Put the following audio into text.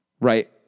Right